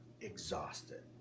exhausted